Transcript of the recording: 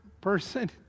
person